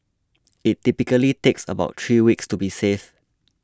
it typically takes about three weeks to be safe